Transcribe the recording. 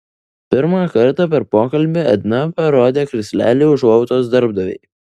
pirmą kartą per pokalbį edna parodė krislelį užuojautos darbdavei